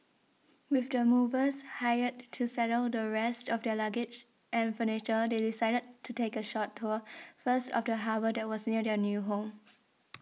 with the movers hired to settle the rest of their luggage and furniture they decided to take a short tour first of the harbour that was near their new home